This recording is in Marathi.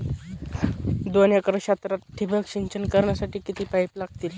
दोन एकर क्षेत्रात ठिबक सिंचन करण्यासाठी किती पाईप लागतील?